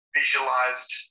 visualized